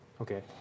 Okay